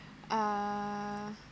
uh